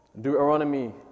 Deuteronomy